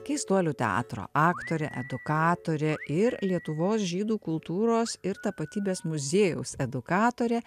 keistuolių teatro aktorė edukatorė ir lietuvos žydų kultūros ir tapatybės muziejaus edukatorė